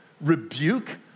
rebuke